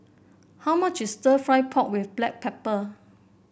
how much is stir fry pork with Black Pepper